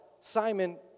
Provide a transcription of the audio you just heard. Simon